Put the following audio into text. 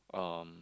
um